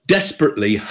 desperately